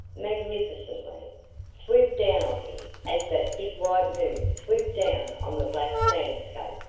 magnificently swooped down on me as that big white moon swooped down on the black landscape,